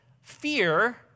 fear